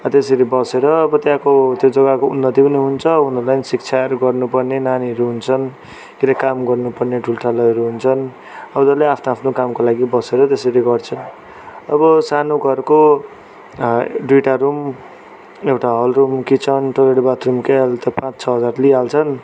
अब त्यसरी बसेर अब त्यहाँको त्यो जग्गाको उन्नति पनि हुन्छ उनीहरूलाई पनि शिक्षाहरू गर्नु पर्ने नानीहरू हुन्छन् फेरि काम गर्नु पर्ने ठुल्ठालुहरू हुन्छन् अब उनीहरूले आआफ्नो कामको लागि बसेर त्यसरी गर्छन् अब सानो घरको दुइटा रुम एउटा हल र रुम किचन टोइलेट बाथरुमकै अहिले त पाँच छ हजार लिइहाल्छन्